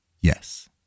Yes